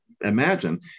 imagine